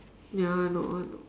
ya I know I know